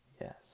Yes